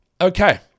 Okay